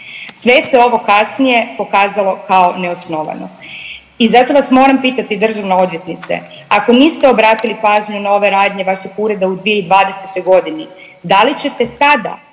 Sve se ovo kasnije pokazalo kao neosnovano. I zato vas moram pitati državna odvjetnice, ako niste obratili pažnju na ove radnje vašeg ureda u 2020.g. da li ćete sada